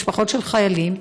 משפחות של חיילים.